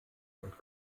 und